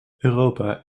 europa